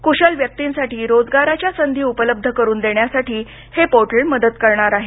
कुशल व्यक्तींसाठी रोजगाराच्या संधी उपलब्ध करून देण्यासाठी हे पोर्टल मदत करणार आहे